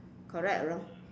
correct or wrong